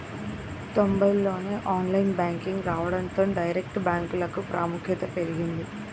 తొంబైల్లోనే online banking రావడంతో direct బ్యాంకులకు ప్రాముఖ్యత పెరిగింది